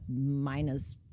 minus